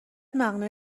مقنعه